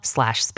Slash